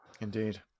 Indeed